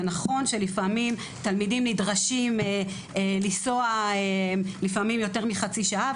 זה נכון שלפעמים תלמידים נדרשים לנסוע יותר מחצי שעה,